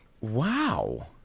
Wow